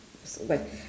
s~ but